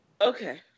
Okay